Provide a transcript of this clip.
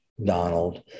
donald